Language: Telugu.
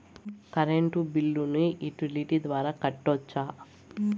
కరెంటు బిల్లును యుటిలిటీ ద్వారా కట్టొచ్చా?